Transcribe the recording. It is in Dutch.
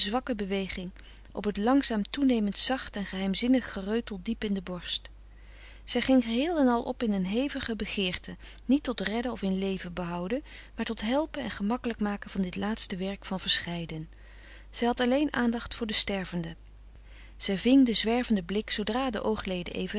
zwakke beweging op het langzaam toenemend zacht en geheimzinnig gereutel diep in de borst zij ging geheel en al op in een hevige begeerte niet tot redden of in leven behouden maar tot helpen en gemakkelijk maken van dit laatste werk van verscheiden zij had alleen aandacht voor de stervende zij ving den zwervenden blik zoodra de oogleden even